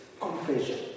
confession